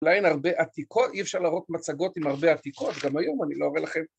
אולי אין הרבה עתיקות, אי אפשר להראות מצגות עם הרבה עתיקות, גם היום אני לא אראה לכם.